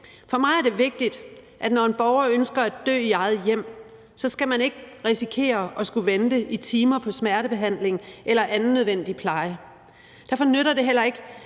For mig er det vigtigt, at når en borger ønsker at dø i eget hjem, skal man ikke risikere at skulle vente i timer på smertebehandling eller anden nødvendig pleje. Derfor nytter det heller ikke,